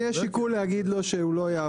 יהיה שיקול להגיד לו שהוא לא יעבור.